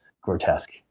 grotesque